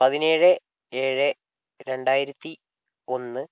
പതിനേഴ് ഏഴ് രണ്ടായിരത്തി ഒന്ന്